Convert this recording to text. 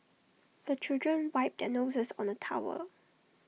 the children wipe their noses on the towel